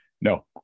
No